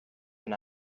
and